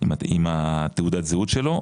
עם תעודת הזהות שלו,